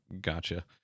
Gotcha